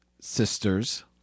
sisters